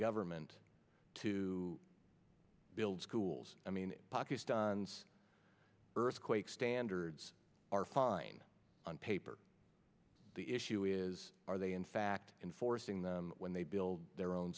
government to build schools i mean pakistan's earthquake standards are fine on paper the issue is are they in fact enforcing them when they build their own